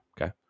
okay